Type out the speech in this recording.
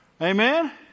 Amen